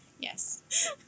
Yes